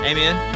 Amen